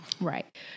right